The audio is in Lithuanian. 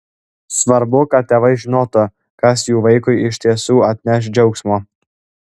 svarbu kad tėvai žinotų kas jų vaikui iš tiesų atneš džiaugsmo